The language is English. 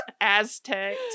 Aztec